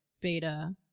beta